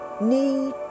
need